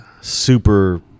super